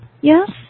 Yes